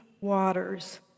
waters